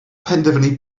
penderfynu